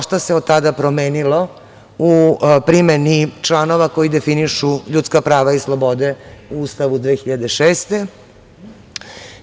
Štošta se od tada promenilo u primeni članova koji definišu ljudska prava i slobode u Ustavu 2006. godine.